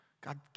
God